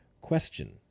question